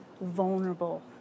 vulnerable